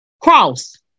Cross